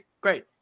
Great